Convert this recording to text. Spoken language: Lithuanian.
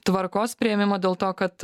tvarkos priėmimo dėl to kad